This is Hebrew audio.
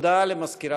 תודה.